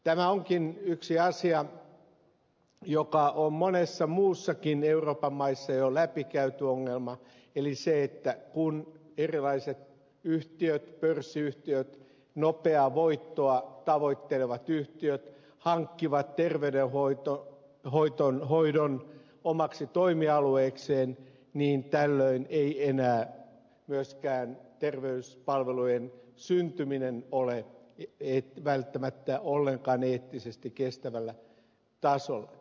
tämä onkin yksi asia joka on monissa muissakin euroopan maissa jo läpikäyty ongelma eli kun erilaiset yhtiöt pörssiyhtiöt nopeaa voittoa tavoittelevat yhtiöt hankkivat terveydenhoidon omaksi toimialueekseen niin tällöin ei enää myöskään terveyspalveluiden tuottaminen ole välttämättä ollenkaan eettisesti kestävällä tasolla